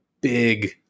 big